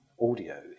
audio